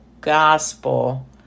gospel